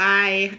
hi